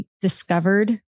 discovered